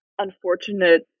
unfortunate